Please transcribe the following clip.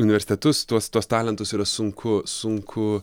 universitetus tuos tuos talentus yra sunku sunku